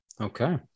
Okay